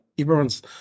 everyone's